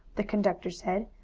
the conductor said.